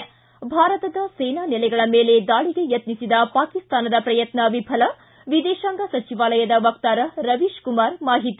ಿ ಭಾರತದ ಸೇನಾ ನೆಲೆಗಳ ಮೇಲೆ ದಾಳಿಗೆ ಯತ್ನಿಸಿದ ಪಾಕಿಸ್ತಾನದ ಪ್ರಯತ್ನ ವಿಫಲ ವಿದೇಶಾಂಗ ಸಚಿವಾಲಯದ ವಕ್ತಾರ ರವೀಶ್ ಕುಮಾರ್ ಮಾಹಿತಿ